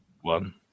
one